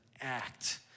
act